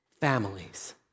families